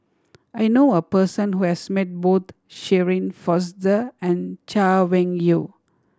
I know a person who has met both Shirin Fozdar and Chay Weng Yew